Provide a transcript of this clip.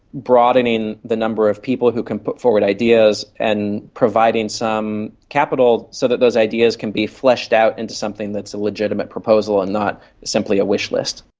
broadening the number of people who can put forward ideas, and providing some capital so that those ideas can be fleshed out into something that's a legitimate proposal and not simply a wish list.